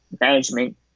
management